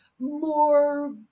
more